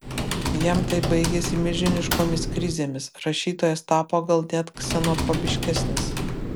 jam tai baigėsi milžiniškomis krizėmis rašytojas tapo gal net ksenofobiškesnis